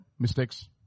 Mistakes